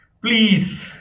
Please